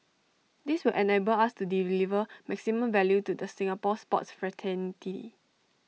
this will enable us to deliver maximum value to the Singapore sports fraternity